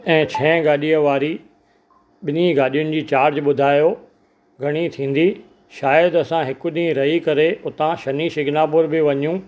ऐं छह गाॾीअ वारी ॿिन्हीं गाॾीयुनि जी चार्ज ॿुधायो घणी थींदी शायदि असां हिकु ॾींहुं रही करे उतां शनि शिगणापुर बि वञू